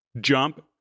jump